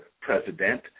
president